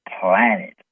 planet